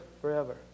forever